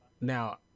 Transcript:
Now